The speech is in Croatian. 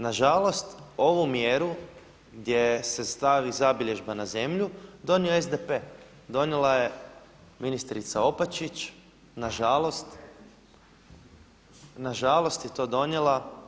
Nažalost ovu mjeru gdje se stavi zabilježba na zemlju donio je SDP, donijela je ministrica Opačić, na žalost, na žalost je to donijela.